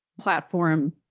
platform